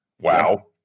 Wow